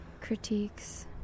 critiques